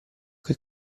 che